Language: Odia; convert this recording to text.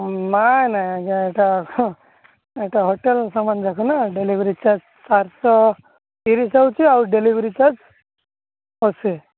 ନାଇଁ ନାଇଁ ଆଜ୍ଞା ଏଇଟା ତ ଏଇଟା ହୋଟେଲ୍ ସମାନ ଯାକ ନା ଡେଲିଭରି ଚାର୍ଜ ଚାରିଶହ ତିରିଶ ହେଉଛି ଆଉ ଡେଲିଭରି ଚାର୍ଜ ଅଶୀ